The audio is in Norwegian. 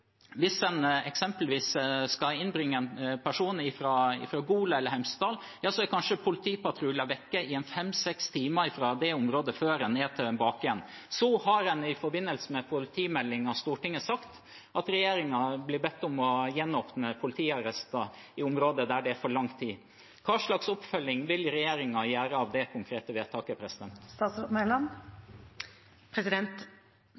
Hvis en eksempelvis skal innbringe en person fra Gol eller Hemsedal, er kanskje politipatruljen vekk i fem – seks timer fra det området før den er tilbake igjen. En har sagt i Stortinget i forbindelse med politimeldingen at regjeringen blir bedt om å gjenåpne politiarrester i områder der det tar for lang tid. Hva slags oppfølging vil regjeringen gjøre av det konkrete vedtaket?